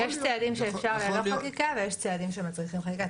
יש צעדים שאפשר ללא חקיקה ויש צעדים שמצריכים חקיקה.